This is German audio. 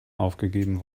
aufgegeben